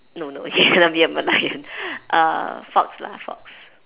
no no you cannot be a merlion err fox lah fox